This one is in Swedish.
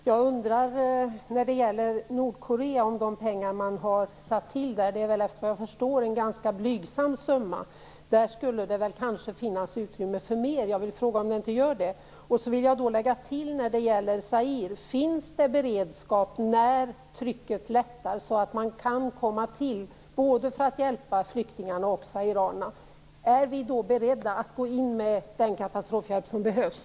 Fru talman! Jag har en fråga om de pengar man avsatt för Nordkorea. Det är såvitt jag förstår en ganska blygsam summa. Där skulle det kanske finnas utrymme för mer. Jag vill fråga om det inte gör det. När det gäller Zaire vill jag tillägga en fråga: Finns det beredskap när trycket lättar så att man kan komma fram för att hjälpa både flyktingarna och zairierna? Är vi då beredda att gå in med den katastrofhjälp som behövs?